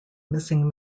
missing